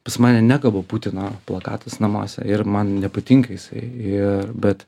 pas mane nekaba putino plakatas namuose ir man nepatinka jisai ir bet